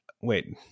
wait